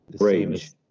range